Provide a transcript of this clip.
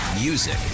Music